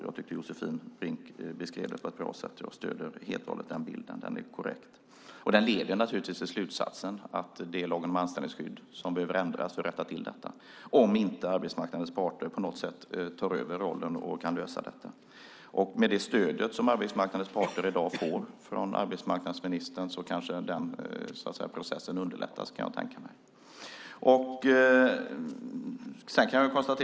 Josefin Brink beskrev detta på ett bra sätt, och jag stöder henne helt och hållet; den bilden är korrekt. Detta leder naturligtvis till slutsatsen att lagen om anställningsskydd behöver ändras för att rätta till detta, om inte arbetsmarknadens parter på något sätt tar över och kan lösa detta. Med det stöd som arbetsmarknadens parter i dag får från arbetsmarknadsministern kanske den processen underlättas, kan jag tänka mig.